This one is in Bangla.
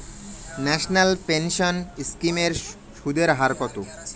ন্যাশনাল পেনশন স্কিম এর সুদের হার কত?